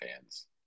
fans